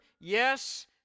Yes